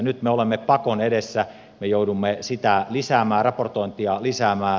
nyt me olemme pakon edessä me joudumme sitä lisäämään raportointia lisäämään